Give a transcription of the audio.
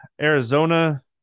Arizona